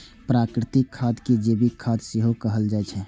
प्राकृतिक खाद कें जैविक खाद सेहो कहल जाइ छै